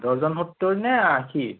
dozen সত্তৰ নে আশী